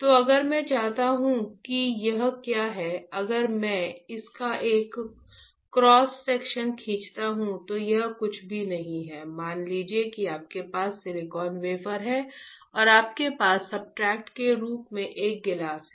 तो अगर मैं चाहता हूं कि यह क्या है अगर मैं इसका एक क्रॉस सेक्शन खींचता हूं तो यह कुछ भी नहीं है मान लीजिए कि आपके पास सिलिकॉन वेफर है और आपके पास सब्सट्रेट के रूप में एक गिलास है